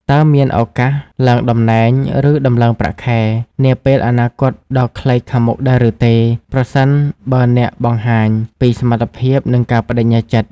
តើមានឱកាស ឡើងតំណែង ឬ ដំឡើងប្រាក់ខែ នាពេលអនាគតដ៏ខ្លីខាងមុខដែរឬទេ ប្រសិនបើអ្នកបង្ហាញពីសមត្ថភាព និងការប្ដេជ្ញាចិត្ត?